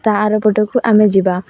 ତା ଆର ପଟକୁ ଆମେ ଯିବା